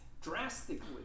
drastically